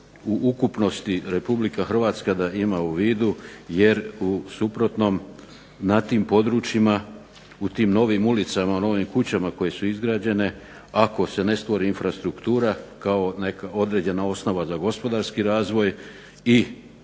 u ukupnosti RH da ima u vidu jer u suprotnom na tim područjima u tim novim ulicama, novim kućama koje su izgrađene ako se ne stvori infrastruktura kao neka određena osnova za gospodarski razvoj i ostali